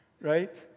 Right